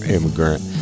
Immigrant